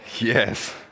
Yes